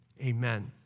Amen